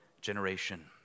generation